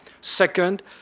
Second